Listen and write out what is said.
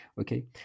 Okay